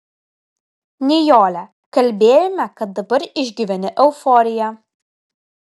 nijole kalbėjome kad dabar išgyveni euforiją